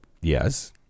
yes